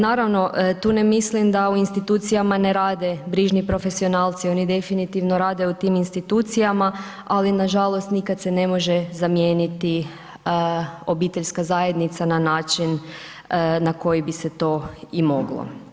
Naravno tu ne mislim da u institucijama ne rade brižni profesionalci, oni definitivno rade u time institucijama ali nažalost, nikada se ne može zamijeniti obiteljska zajednica na način na koji bi se to i moglo.